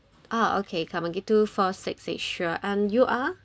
ah okay come at gate two four six eight sure and you are